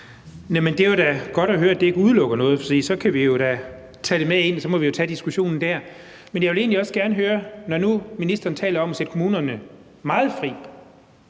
Det var da godt at høre, at det ikke udelukker noget, for så kan vi jo tage det med ind, og så må vi tage diskussionen der. Men jeg vil egentlig også gerne høre, når nu ministeren taler om at sætte kommunerne meget fri,